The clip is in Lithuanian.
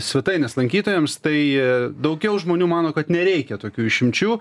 svetainės lankytojams tai daugiau žmonių mano kad nereikia tokių išimčių